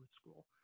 School